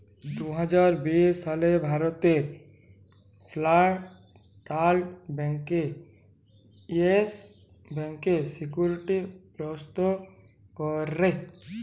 দু হাজার বিশ সালে ভারতে সেলট্রাল ব্যাংক ইয়েস ব্যাংকের সিকিউরিটি গ্রস্ত ক্যরে